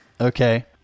Okay